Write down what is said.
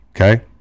Okay